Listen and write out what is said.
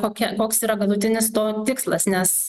kokia koks yra galutinis to tikslas nes